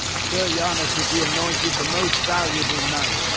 so yeah ah giannis will be anointed the most valuable knight.